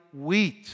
Wheat